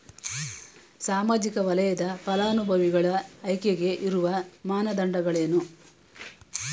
ಸಾಮಾಜಿಕ ವಲಯದ ಫಲಾನುಭವಿಗಳ ಆಯ್ಕೆಗೆ ಇರುವ ಮಾನದಂಡಗಳೇನು?